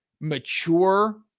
mature